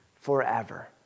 forever